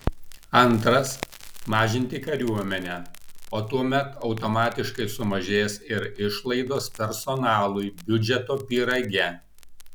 antras mažinti kariuomenę o tuomet automatiškai sumažės ir išlaidos personalui biudžeto pyrage